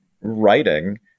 writing